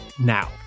now